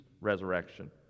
resurrection